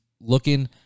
looking